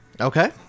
Okay